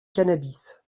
cannabis